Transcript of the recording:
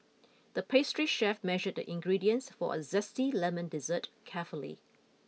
the pastry chef measured the ingredients for a zesty lemon dessert carefully